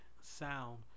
sound